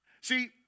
See